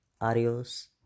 Adios